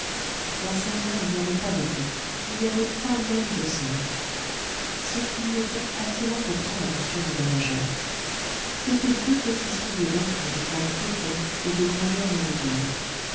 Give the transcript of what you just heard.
dans celle-là il n'y avait pas de feu il n'y avait pas même de cendre ce qui y était attira pourtant l'attention du voyageur c'étaient deux petits souliers d'enfant de forme coquette et de grandeur inégale